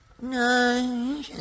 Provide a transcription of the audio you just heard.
No